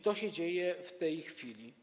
To się dzieje w tej chwili.